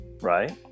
right